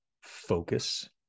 focus